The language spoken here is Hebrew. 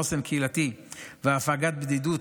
חוסן קהילתי והפגת בדידות,